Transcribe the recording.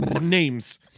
Names